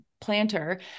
planter